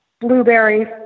blueberries